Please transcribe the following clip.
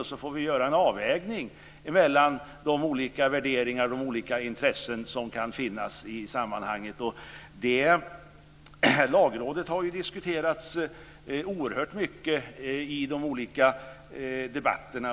Sedan får vi göra en avvägning mellan de olika värderingar och intressen som kan finnas i sammanhanget. Lagrådet har ju diskuterats oerhört mycket i de olika debatterna.